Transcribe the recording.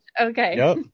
Okay